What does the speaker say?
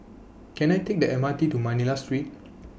Can I Take The M R T to Manila Street